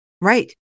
Right